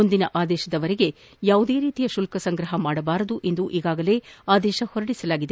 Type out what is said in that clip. ಮುಂದಿನ ಆದೇಶ ಬರುವರೆಗೆ ಯಾವುದೇ ರೀತಿಯ ಶುಲ್ಕ ಸಂಗ್ರಪ ಮಾಡಬಾರದು ಎಂದು ಈಗಾಗಲೇ ಆದೇಶ ಹೊರಡಿಸಲಾಗಿದೆ